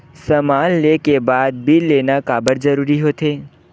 समान ले के बाद बिल लेना काबर जरूरी होथे?